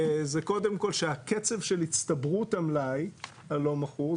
זה קודם כל שהקצב של הצטברות המלאי הלא מכור,